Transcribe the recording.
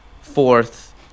fourth